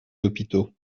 hôpitaux